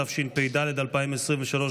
התשפ"ד 2023,